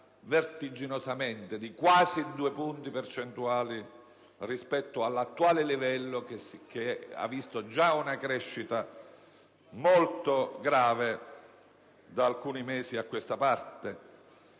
vertiginosamente, di quasi due punti percentuali, rispetto all'attuale livello, che già ha registrato una crescita molto grave da alcuni mesi a questa parte?